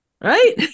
right